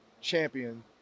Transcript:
champion